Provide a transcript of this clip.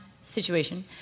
situation